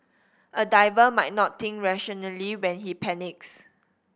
a diver might not think rationally when he panics